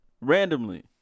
Randomly